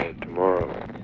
tomorrow